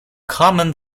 common